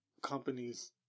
companies